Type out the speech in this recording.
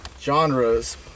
genres